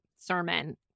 sermon